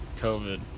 COVID